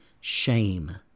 shame